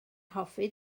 hoffi